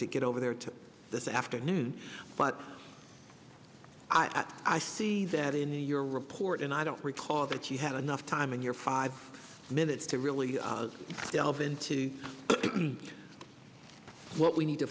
to get over there this afternoon but i see that in your report and i don't recall that you have enough time in your five minutes to really delve into what we need to